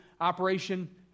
Operation